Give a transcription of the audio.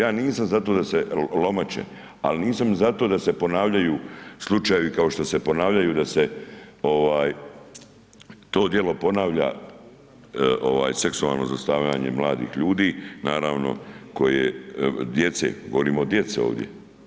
Ja nisam za to da se lomače, ali nisam ni za to, da se ponavljaju slučajevi, kao što se ponavljaju, da se to dijelu ponavlja, seksualno zlostavljanje mladih ljudi, koje naravno, djece, govorimo o djeci ovdje.